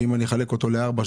ואם אני אחלק אותו לארבע,